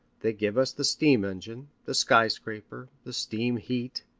they give us the steam-engine, the skyscraper, the steam-heat,